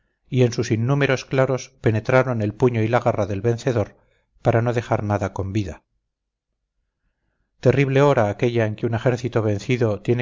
y en sus innúmeros claros penetraron el puño y la garra del vencedor para no dejar nada con vida terrible hora aquella en que un ejército vencido